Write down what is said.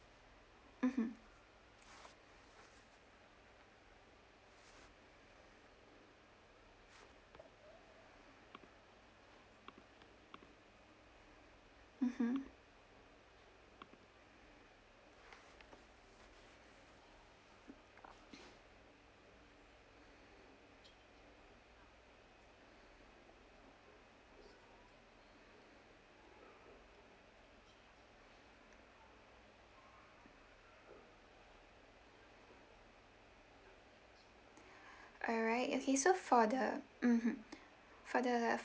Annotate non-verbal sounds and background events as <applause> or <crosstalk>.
mmhmm mmhmm <breath> alright okay so for the mmhmm for the